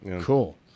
Cool